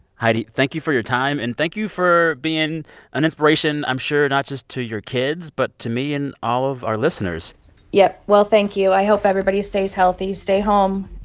heidi, thank you for your time. and thank you for being an inspiration, i'm sure, not just to your kids but to me and all of our listeners yep. well, thank you. i hope everybody stays healthy. stay home.